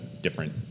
different